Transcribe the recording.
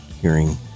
hearing